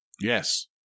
Yes